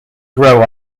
grow